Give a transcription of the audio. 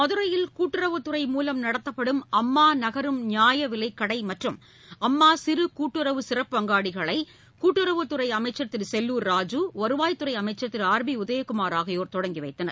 மதுரையில் கூட்டுறவுத்துறை மூலம் நடத்தப்படும் அம்மா நகரும் நியாயவிலைக் கடை மற்றும் அம்மா சிறு கூட்டுறவு சிறப்பங்காடிகளை கூட்டுறவுத்துறை அமைச்சர் திரு செல்லூர் ராஜூ மற்றும் வருவாய்த்துறை அமைச்சர் திரு ஆர் பி உதயகுமார் ஆகியோர் தொடங்கி வைத்தனர்